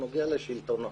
הוא נוגע לשומרי החוק,